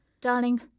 Darling